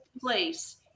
place